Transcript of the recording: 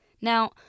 Now